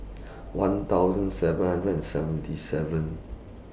one thousand seven hundred and seventy seven